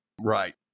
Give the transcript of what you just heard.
Right